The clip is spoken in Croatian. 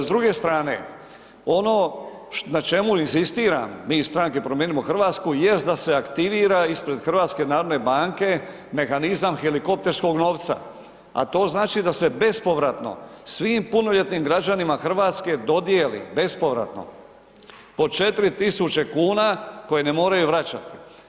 S druge strane, ono na čemu inzistiram mi iz stranke Promijenimo Hrvatsku jest da se aktivira ispred HNB-a mehanizam helikopterskog novca a to znači da se bespovratno svim punoljetnim građanima Hrvatske dodijeli bespovratno po 4 tisuće kuna koje ne moraju vraćati.